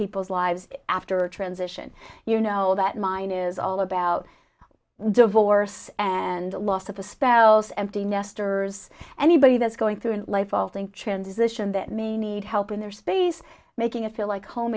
people's lives after transition you know that mine is all about divorce and loss of the spell's empty nesters anybody that's going through a life altering transition that may need help in their space making it feel like home